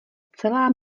celá